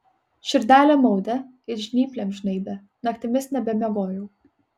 širdelė maudė it žnyplėm žnaibė naktimis nebemiegojau